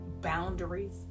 boundaries